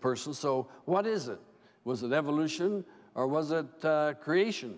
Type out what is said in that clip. person so what is it was an evolution or was a creation